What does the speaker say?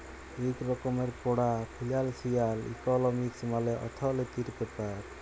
ইক রকমের পড়া ফিলালসিয়াল ইকলমিক্স মালে অথ্থলিতির ব্যাপার